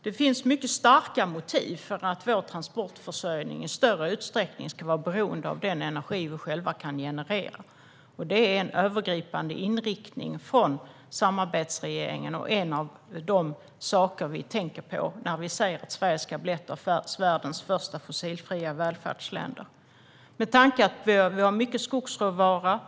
Det finns starka motiv för att vår transportförsörjning i större utsträckning ska vara beroende av den energi vi själva kan generera. Det är en övergripande inriktning från samarbetsregeringen, och en av de saker vi tänker på när vi säger att Sverige ska bli ett av världens första fossilfria välfärdsländer. Vi har mycket skogsråvara.